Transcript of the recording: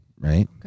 right